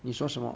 你说什么